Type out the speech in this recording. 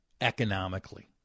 economically